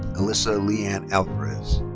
alyssa leanne alvarez.